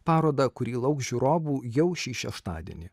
parodą kuri lauks žiūrovų jau šį šeštadienį